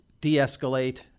de-escalate